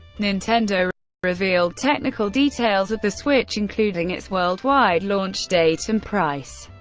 nintendo revealed technical details of the switch, including its worldwide launch date and price,